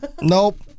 nope